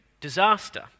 disaster